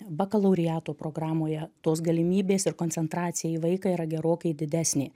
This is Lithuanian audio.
bakalaureato programoje tos galimybės ir koncentracija į vaiką yra gerokai didesnė